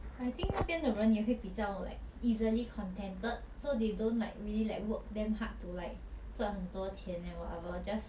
I think 那边的人也会比较 like easily contented so they don't like really like work damn hard to like 赚很多钱 and whatever just